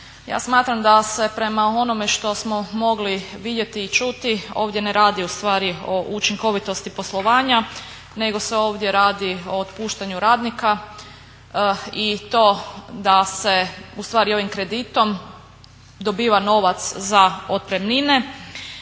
Ja smatram da se prema onome što smo mogli vidjeti i čuti ovdje ne radi ustvari o učinkovitosti poslovanja nego se ovdje radi o otpuštanju radnika i to da se ustvari ovim kreditom dobiva novac za otpremnine